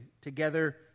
together